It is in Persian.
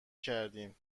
کردیم